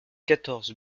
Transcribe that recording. quatorze